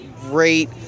great